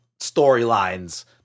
storylines